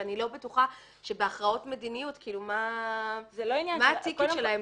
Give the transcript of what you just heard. שאני לא בטוחה שבהכרעות מדיניות מה הטיקט שלהם.